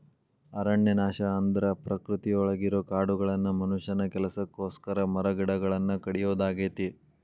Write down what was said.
ಅರಣ್ಯನಾಶ ಅಂದ್ರ ಪ್ರಕೃತಿಯೊಳಗಿರೋ ಕಾಡುಗಳನ್ನ ಮನುಷ್ಯನ ಕೆಲಸಕ್ಕೋಸ್ಕರ ಮರಗಿಡಗಳನ್ನ ಕಡಿಯೋದಾಗೇತಿ